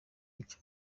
icyo